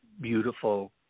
beautiful